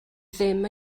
ddim